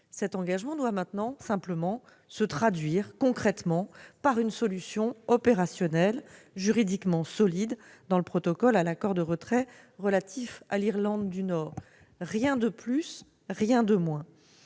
Cet engagement doit maintenant se traduire concrètement par une solution opérationnelle, juridiquement solide, dans le protocole à l'accord de retrait relatif à l'Irlande du Nord. Rien de plus, rien de moins